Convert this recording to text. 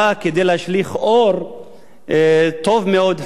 באה כדי להשליך אור טוב מאוד,